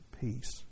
Peace